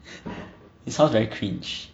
it sounds very cringe